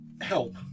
help